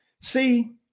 See